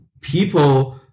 people